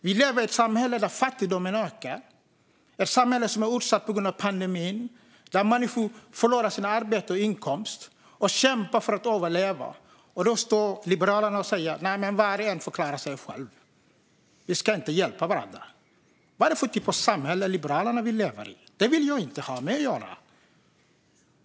Vi lever i ett samhälle där fattigdomen ökar, ett samhälle som är utsatt på grund av pandemin, där människor förlorar sitt arbete och sin inkomst och kämpar för att överleva. Då står Liberalerna och säger att var och en får klara sig själv. Vi ska inte hjälpa varandra. Vad är det för typ av samhälle Liberalerna vill leva i? Det vill jag inte ha med att göra.